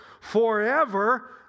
forever